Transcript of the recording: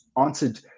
answered